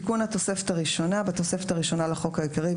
תיקון התוספת הראשונה בתופסת הראשונה לחוק העיקרי,